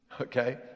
Okay